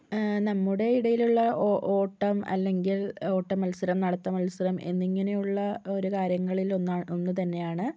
നമ്മുടെ ഇടയിലുള്ള ഓ ഓട്ടം അല്ലെങ്കിൽ ഓട്ടമത്സരം നടത്തമത്സരം എന്നിങ്ങനെ ഉള്ള ഒരു കാര്യങ്ങളിൽ ഒന്നാണ് ഒന്ന് തന്നെയാണ്